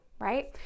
Right